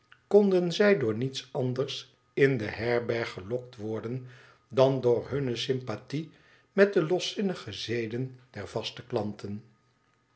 konden zij door niets anders in de herberg gelokt worden dan door hunne sympathie met de loszinnige zeden der vaste klanten